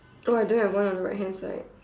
oh I don't have one on the right hand side